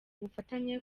ubufatanye